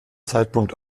zeitpunkt